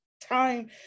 Time